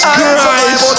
Christ